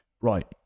right